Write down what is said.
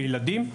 נשים וילדים.